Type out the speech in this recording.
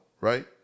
right